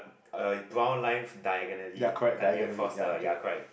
uh brown lines diagonally cutting across the ya correct